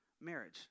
marriage